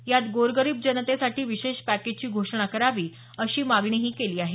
यात गोरगरीब जनतेसाठी विशेष पॅकेजची घोषणा करावी अशी मागणीही केली आहे